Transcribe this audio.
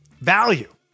Value